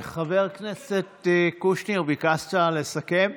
חבר הכנסת קושניר, ביקשת לסכם.